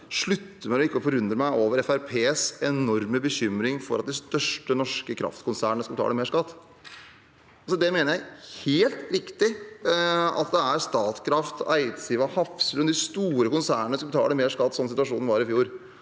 slutter ikke å forundre meg over Fremskrittspartiets enorme bekymring for at de største norske kraftkonsernene skal betale mer skatt. Det mener jeg er helt riktig – at Statkraft, Eidsiva, Hafslund, de store konsernene, skal betale mer skatt sånn situasjonen var i fjor.